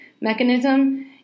mechanism